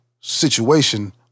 situation